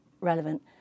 relevant